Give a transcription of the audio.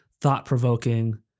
thought-provoking